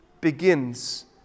begins